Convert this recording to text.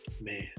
man